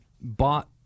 bought